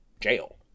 jail